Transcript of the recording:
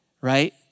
Right